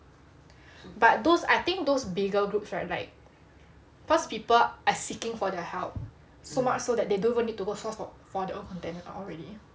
but those I think those bigger groups right like cause people are seeking for their help so much so that they don't even need to go source for for their own companion already